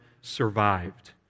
survived